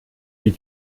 die